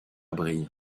brie